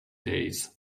days